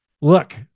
look